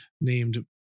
named